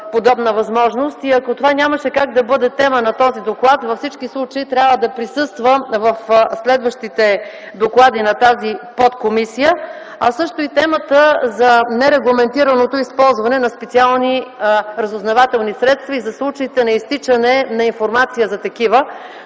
подобна възможност и, ако това нямаше как да бъде тема на този доклад, във всички случаи трябва да присъства в следващите доклади на тази подкомисия, а също и темата за нерегламентираното използване на специални разузнавателни средства и за случаите на изтичане на информация за такива.